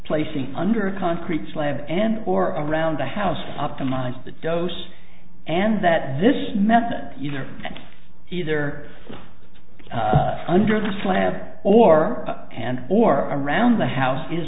placing under a concrete slab and or around the house optimize the dose and that this method either either under the slab or and or around the house is